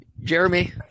Jeremy